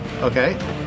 Okay